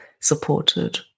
supported